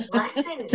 lesson